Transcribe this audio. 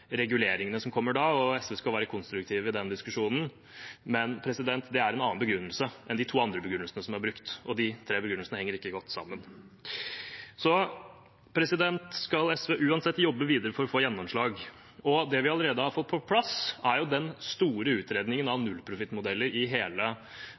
reguleringene som kommer da, og SV skal være konstruktive i den diskusjonen, men det er en annen begrunnelse enn de to andre begrunnelsene som er brukt, og de tre begrunnelsene henger ikke godt sammen. SV skal uansett jobbe videre for å få gjennomslag. Det vi allerede har fått på plass, er den store utredningen av